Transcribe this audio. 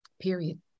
period